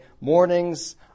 mornings